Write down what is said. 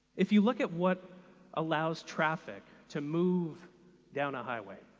if you look at what allows traffic to move down a highway,